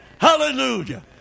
Hallelujah